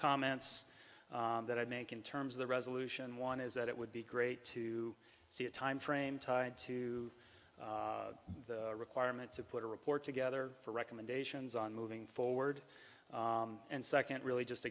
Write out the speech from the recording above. comments that i make in terms of the resolution one is that it would be great to see a timeframe tied to the requirement to put a report together for recommendations on moving forward and second really just